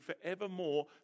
forevermore